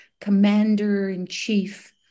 commander-in-chief